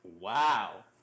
Wow